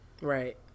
Right